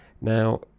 Now